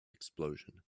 explosion